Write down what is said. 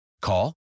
Call